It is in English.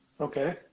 Okay